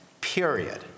period